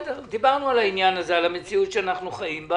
דיברנו על העניין הזה, על המציאות שאנחנו חיים בה